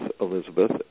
Elizabeth